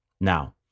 Now